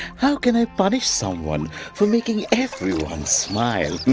how can i punish someone for making everyone smile?